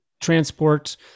transport